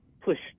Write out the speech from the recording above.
pushed